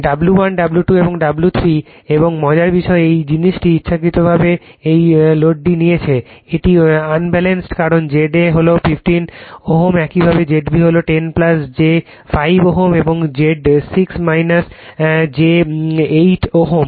W1 W 2 এবং W 3 এবং মজার বিষয় এই জিনিসটি ইচ্ছাকৃতভাবে এই লোডটি নিয়েছে এটি আনব্যালেন্সেড কারণ Z a হল 15 Ω একইভাবে Z b হল 10 j 5 ΩΩ এবং Z 6 j 8 Ω